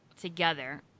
together